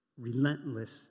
relentless